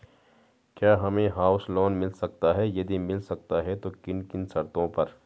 क्या हमें house loan मिल सकता है यदि मिल सकता है तो किन किन शर्तों पर?